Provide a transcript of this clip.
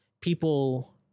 people